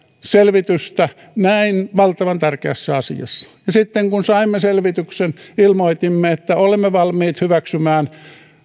selvitystä näin valtavan tärkeässä asiassa sitten kun saimme selvityksen ilmoitimme että olemme valmiit hyväksymään